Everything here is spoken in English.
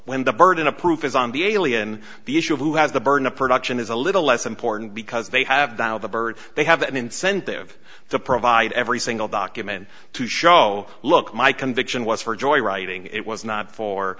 when the burden of proof is on the alien the issue of who has the burden of production is a little less important because they have the birds they have an incentive to provide every single document to show look my conviction was for joy writing it was not